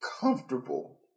comfortable